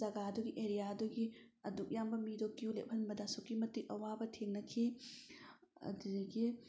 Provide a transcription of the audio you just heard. ꯖꯥꯒꯗꯨꯒꯤ ꯑꯦꯔꯤꯌꯥꯗꯨꯒꯤ ꯑꯗꯨꯛ ꯌꯥꯝꯕ ꯃꯤꯗꯣ ꯀ꯭ꯌꯨ ꯂꯦꯞꯍꯟꯕꯗ ꯑꯁꯨꯛꯀꯤ ꯃꯇꯤꯛ ꯑꯋꯥꯕ ꯊꯦꯡꯅꯈꯤ ꯑꯗꯨꯗꯒꯤ